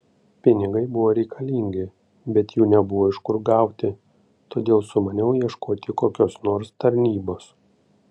pinigai buvo reikalingi bet jų nebuvo iš kur gauti todėl sumaniau ieškoti kokios nors tarnybos